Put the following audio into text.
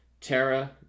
tara